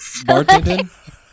bartending